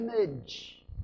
image